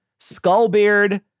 Skullbeard